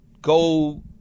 go –